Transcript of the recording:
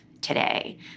today